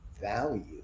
value